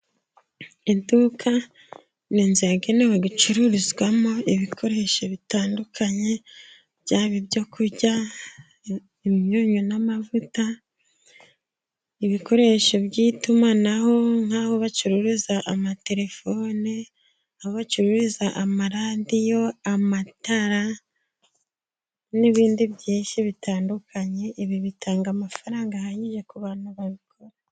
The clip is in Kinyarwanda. Iduka ni inzu yagenewe gucururizwamo ibikoresho bitandukanye, byaba ibyo kurya, imyunyu n'amavuta, ibikoresho by'itumanaho, nk'aho bacuruza amaterefone, aho abacururiza amaradiyo, amatara, n'ibindi byinshi bitandukanye. Ibi bitanga amafaranga ahagije ku bantu babikora.